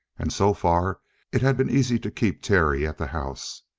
and so far it had been easy to keep terry at the house.